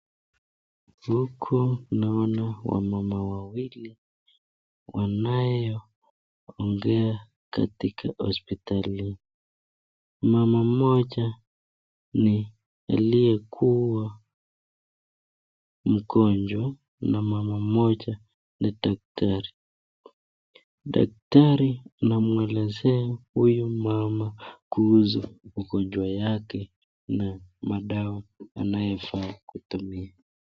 Huku naona wamama wawili wanao ongea katika hospitali. Mama mmoja ni aliyekuwa mgonjwa na mama mmoja ni daktari. Daktari anamwelezea huyu mama kuhusu ugonjwa wake na madawa anayofaa kutumia.